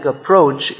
approach